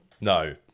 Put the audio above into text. No